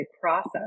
process